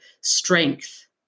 strength